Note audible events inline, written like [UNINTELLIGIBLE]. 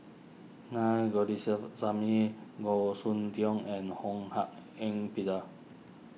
Naa [UNINTELLIGIBLE] Goh Soon Tioe and Ho Hak Ean Peter